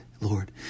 Lord